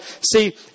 see